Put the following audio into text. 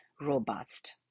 robust